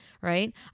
right